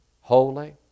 holy